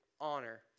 honor